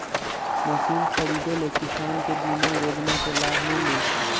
Machine खरीदे ले किसान के बीमा योजना के लाभ मिली?